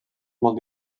molt